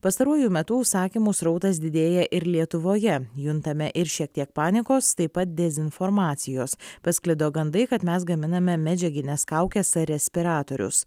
pastaruoju metu užsakymų srautas didėja ir lietuvoje juntame ir šiek tiek panikos taip pat dezinformacijos pasklido gandai kad mes gaminame medžiagines kaukes respiratorius